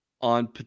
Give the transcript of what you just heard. on